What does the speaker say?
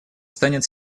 станет